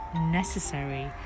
necessary